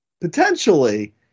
potentially